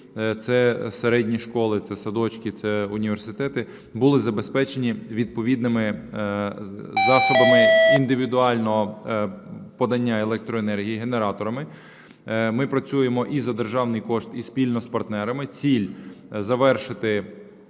це середні школи, це садочки, це університети були забезпечені відповідними засобами індивідуального подання електроенергії генераторами. Ми працюємо і за державний кошт, і спільно з партнерами, ціль: завершити